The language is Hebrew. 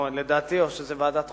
או ועדת החוקה,